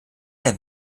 der